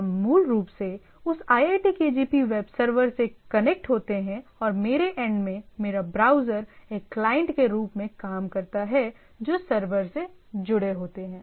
हम मूल रूप से उस iitkgp वेब सर्वर से कनेक्ट होते हैं और मेरे एंड में मेरा ब्राउज़र एक क्लाइंट के रूप में काम करता है जो सर्वर से जुड़े होते हैं